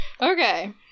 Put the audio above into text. Okay